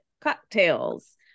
cocktails